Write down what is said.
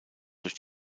durch